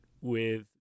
with-